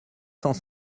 cent